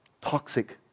toxic